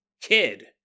kid